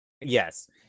Yes